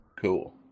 Cool